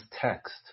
text